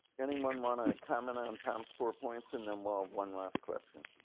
anyone wanna comment on tom's four points in them, well, one last question.